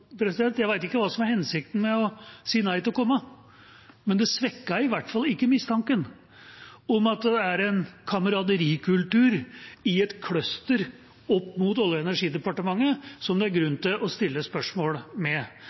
Jeg vet ikke hva som var hensikten med å si nei til å komme, men det svekket i hvert fall ikke mistanken om at det er en kameraderikultur i et cluster opp mot Olje- og energidepartementet, som det er grunn til å stille spørsmål